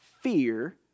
fear